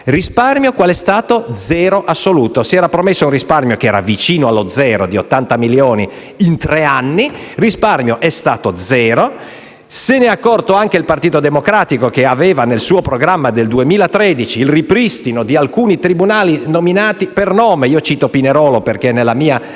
risparmio è stato pari allo zero assoluto. Si era promesso un risparmio vicino allo zero, di 80 milioni in tre anni, ma il risparmio è stato zero. Se ne è accorto anche il Partito Democratico che aveva nel suo programma del 2013 il ripristino di alcuni tribunali, elencati per nome (cito quello di Pinerolo perché si